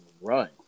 run